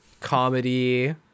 comedy